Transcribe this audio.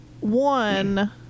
One